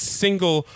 single